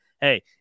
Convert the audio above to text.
hey